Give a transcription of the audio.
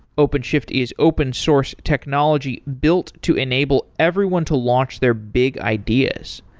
openshift is open source technology built to enable everyone to launch their big ideas.